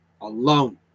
alone